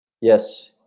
yes